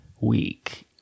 week